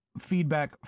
feedback